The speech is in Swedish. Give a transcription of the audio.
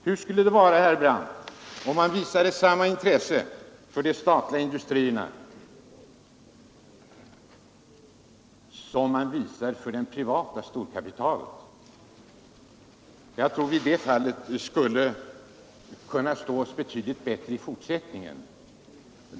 Hur skulle det vara, herr Brandt, om man visade samma intresse för det statliga industrierna som man visar för det privata storkapitalet?